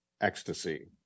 ecstasy